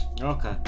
Okay